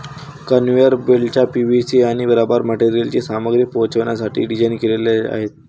conveyor belts PVC आणि rubber मटेरियलची सामग्री पोहोचवण्यासाठी डिझाइन केलेले आहेत